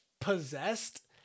possessed